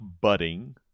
budding